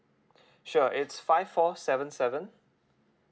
sure it's five four seven seven